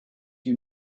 you